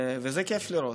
זה כיף לראות,